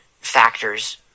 factors